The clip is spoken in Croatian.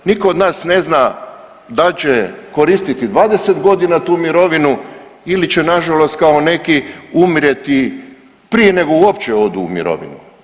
Nitko od nas ne zna da li će koristiti 20 godina tu mirovinu ili će na žalost kao neki umrijeti prije nego uopće odu u mirovinu.